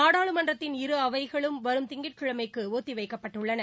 நாடாளுமன்றத்தின் இரு அவைகளும் வரும் திங்கட் கிழமைக்குடுத்திவைக்கப்பட்டுள்ளன